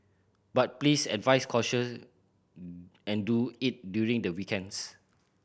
but please advise caution and do it during the weekends